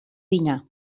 dinar